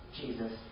Jesus